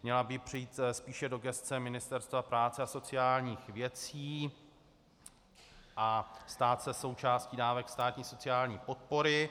Měla by přejít spíše do gesce Ministerstva práce a sociálních věcí a stát se součástí dávek státní sociální podpory.